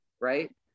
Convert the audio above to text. right